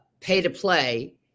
pay-to-play